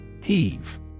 Heave